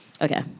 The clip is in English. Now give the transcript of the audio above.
Okay